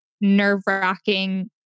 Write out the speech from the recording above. nerve-wracking